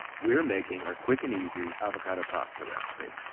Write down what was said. we're making our quick and easy avocado pasta recipe.